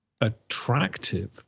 attractive